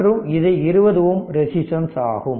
மற்றும் இது 20 Ω ரெசிஸ்டன்ஸ் ஆகும்